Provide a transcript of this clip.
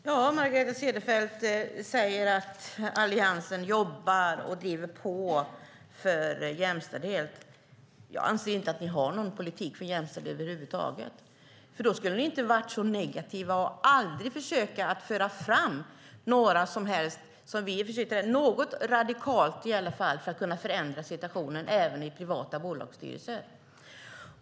Herr talman! Margareta Cederfelt säger att Alliansen jobbar och driver på för jämställdhet. Jag anser inte att ni har någon politik för jämställdhet över huvud taget. Då skulle ni inte vara så negativa till att försöka föra fram något radikalt för att kunna förändra situationen även i privata bolagsstyrelser.